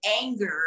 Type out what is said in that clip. anger